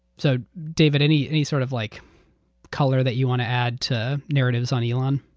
so david, any any sort of like color that you want to add to narratives on elon?